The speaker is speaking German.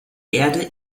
erde